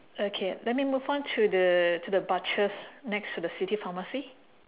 okay let me move on to the to the butchers next to the city pharmacy